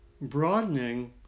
broadening